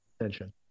attention